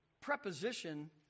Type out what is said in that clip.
preposition